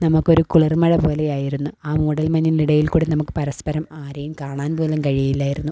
നമുക്കൊരു കുളിർമഴ പോലെയായിരുന്നു ആ മൂടൽ മഞ്ഞിൻ്റെ ഇടയിൽക്കൂടെ നമുക്ക് പരസ്പരം ആരെയും കാണാൻ പോലും കഴിയില്ലാരുന്നു